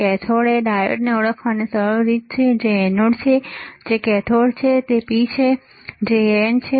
cathode એ ડાયોડને ઓળખવાની સરળ રીત છે જે એનોડ છે જે કેથોડ છે જે P છે જે N છે